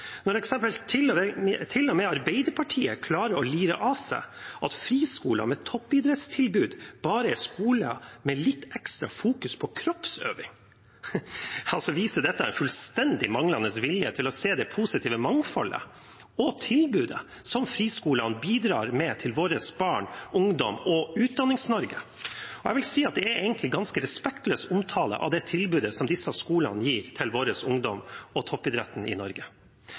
Når til og med Arbeiderpartiet klarer å lire av seg at friskoler med toppidrettstilbud bare er skoler med litt ekstra fokus på kroppsøving, viser dette en fullstendig manglende vilje til å se det positive mangfoldet og tilbudet som friskolene bidrar med til våre barn, ungdom og Utdannings-Norge. Jeg vil si at det egentlig er en ganske respektløs omtale av det tilbudet som disse skolene gir til våre ungdommer og toppidretten i Norge.